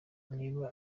niba